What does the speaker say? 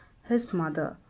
his mother,